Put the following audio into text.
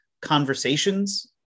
conversations